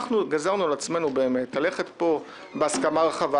אנחנו גזרנו על עצמנו ללכת פה בהסכמה רחבה.